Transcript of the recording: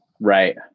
Right